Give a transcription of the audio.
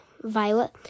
Violet